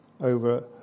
over